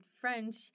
French